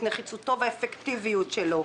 את נחיצותו ואת האפקטיביות שלו.